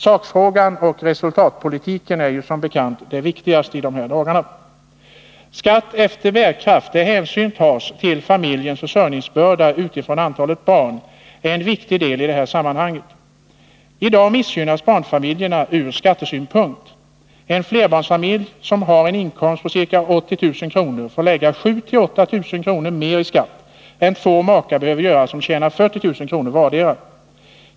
Sakfrågan och resultatpolitiken är ju som bekant det viktigaste i de här dagarna. Skatt efter bärkraft, där hänsyn tas till familjens försörjningsbörda utifrån antalet barn, är en viktig del i detta sammanhang. I dag missgynnas barnfamiljerna ur skattesynpunkt. En flerbarnsfamilj som har en inkomst på ca 80 000 kr. får erlägga 7 000-8 000 kr. mera i skatt än makar behöver göra som tjänar 40 000 kr. vardera.